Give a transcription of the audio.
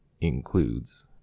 includes